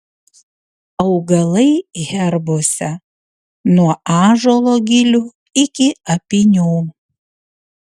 augalai herbuose nuo ąžuolo gilių iki apynių